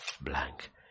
blank